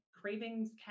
Cravings